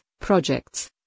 projects